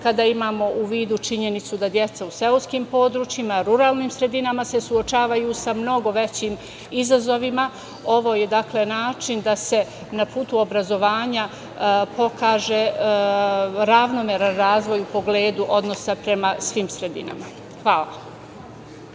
kada imamo u vidu činjenicu da deca u seoskim područjima, ruralnim sredinama se suočavaju sa mnogo većim izazovima? Ovo je, dakle, način da se na putu obrazovanja pokaže ravnomeran razvoj u pogledu odnosa prema svim sredinama. Hvala.